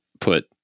put